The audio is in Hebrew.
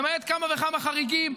למעט כמה וכמה חריגים,